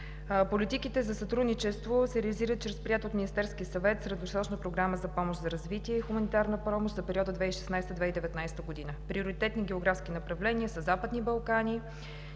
Политиките за сътрудничество се реализират чрез приета от Министерския съвет Средносрочна програма за помощ за развитие и хуманитарна помощ за периода 2016 – 2019 г. Приоритетни географски направления са: Западни Балкани